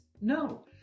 no